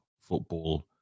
football